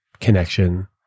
connection